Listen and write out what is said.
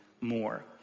more